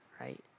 right